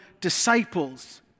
disciples